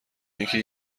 اینکه